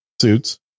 suits